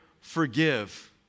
forgive